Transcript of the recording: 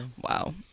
Wow